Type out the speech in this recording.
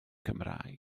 cymraeg